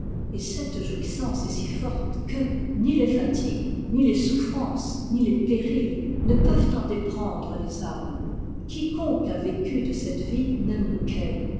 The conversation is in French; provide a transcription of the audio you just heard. et cette jouissance est si forte que ni les fatigues ni les souffrances ni les périls ne peuvent en déprendre les âmes quiconque a vécu de cette vie n'aime qu'elle